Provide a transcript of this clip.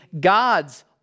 God's